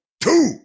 two